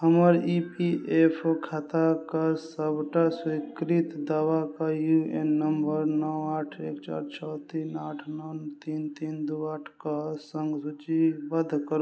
हमर E P F O खाताके सबटा स्वीकृत दावाके यू एन नम्बर नओ आठ एक चारि छओ तीन आठ नओ तीन तीन दू आठ कऽ सङ्ग सूचीबद्ध करु